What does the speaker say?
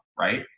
right